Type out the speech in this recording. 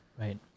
Right